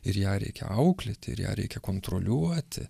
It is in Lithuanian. ir ją reikia auklėti ir ją reikia kontroliuoti